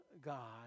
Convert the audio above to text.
God